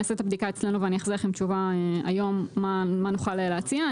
אני אעשה את הבדיקה אצלנו ואני אחזיר לכם תשובה היום מה נוכל להציע.